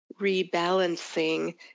rebalancing